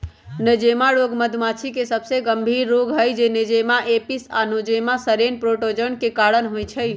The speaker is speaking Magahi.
नोज़ेमा रोग मधुमाछी के सबसे गंभीर रोग हई जे नोज़ेमा एपिस आ नोज़ेमा सेरेने प्रोटोज़ोआ के कारण होइ छइ